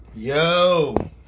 Yo